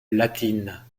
latines